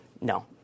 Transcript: No